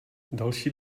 další